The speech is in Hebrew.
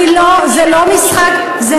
זה משחק מילים, זו לא הגירה פנימית.